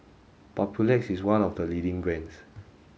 Papulex is one of the leading brands